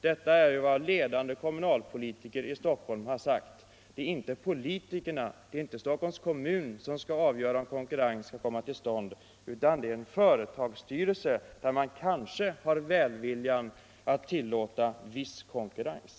Detta är vad ledande kommunalpolitiker i Stockholm sagt: Det är inte politikerna, det är inte Stockholms kommun, som skall avgöra om konkurrens skall komma till stånd, utan det är en företagsstyrelse, som kanske har välviljan att tillåta viss konkurrens.